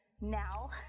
now